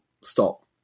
stop